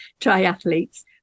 triathletes